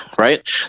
right